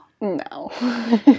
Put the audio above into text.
No